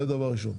זה דבר ראשון.